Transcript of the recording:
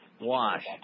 Wash